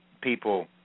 People